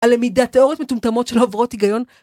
הלמידה... תאורטיות מטומטמות שלא עוברות היגיון